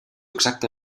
exacta